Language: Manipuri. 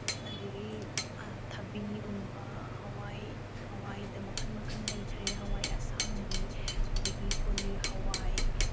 ꯑꯗꯒꯤ ꯊꯕꯤꯒꯨꯝꯕ ꯍꯋꯥꯏ ꯍꯋꯥꯏꯗ ꯃꯈꯜ ꯃꯈꯜ ꯂꯩꯈ꯭ꯔꯦ ꯍꯋꯥꯏ ꯑꯁꯥꯡꯕꯤ ꯑꯗꯒꯤ ꯀꯣꯂꯤ ꯍꯋꯥꯏ